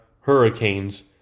Hurricanes